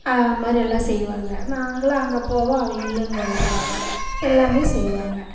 இதைமாரி எல்லாம் செய்வாங்க நாங்களும் அங்கே போவோம் அவங்களும் இங்கே வருவாங்க எல்லாமே செய்வாங்க